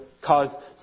cause